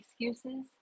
excuses